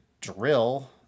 drill